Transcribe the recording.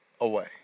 away